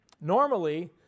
Normally